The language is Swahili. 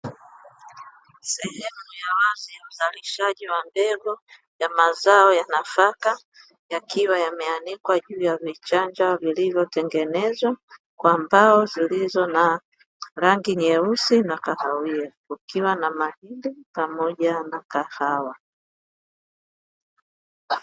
Sehemu ya ardhi ya uzalishaji wa mbegu ya mazao ya nafaka, yakiwa yameanikwa juu ya vichanja vilivyotengenezwa kwa mbao zilizo na rangi nyeusi na kahawia, kukiwa na mahindi pamoja na kahawa.